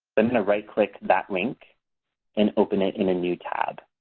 i'm going to right-click that link and open it in a new tab.